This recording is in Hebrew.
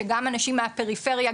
שגם אנשים מהפריפריה,